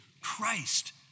Christ